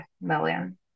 million